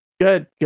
Good